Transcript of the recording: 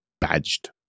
badged